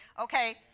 Okay